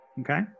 Okay